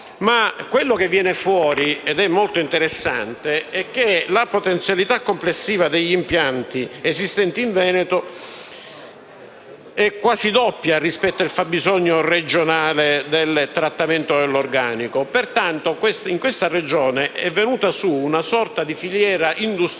Ma quello che viene fuori - ed è molto interessante - è che la potenzialità complessiva degli impianti esistenti in Veneto è quasi doppia rispetto al fabbisogno regionale del trattamento dell'organico. Pertanto in questa Regione è venuta su una sorta di filiera industriale